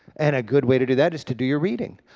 and a good way to do that is to do your reading.